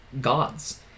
gods